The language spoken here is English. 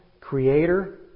creator